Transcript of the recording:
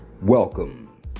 Welcome